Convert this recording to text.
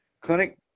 clinic